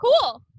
cool